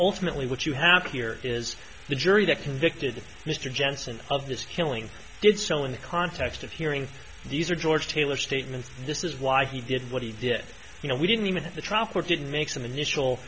ultimately what you have here is the jury that convicted mr jensen of this killing did so in the context of hearing these are george taylor statements this is why he did what he did you know we didn't even at the trial court didn't make some initial